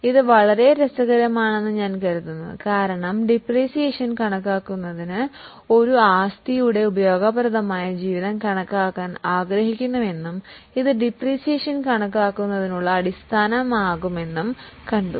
ഇത് വളരെ രസകരമാണെന്ന് ഞാൻ കരുതുന്നു കാരണം ഡിപ്രീസിയേഷൻ കണക്കാക്കുന്നതിന് ഒരു പ്രത്യേക ആസ്തിയുടെ ഉപയോഗപ്രദമായ ലൈഫ് കണക്കാക്കാൻ ആഗ്രഹിക്കുന്നുവെന്നും ഇത് ഡിപ്രീസിയേഷൻ കണക്കാക്കുന്നതിനുള്ള അടിസ്ഥാനമാകുമെന്നും കണ്ടു